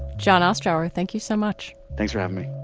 john ostrow thank you so much. thanks for having.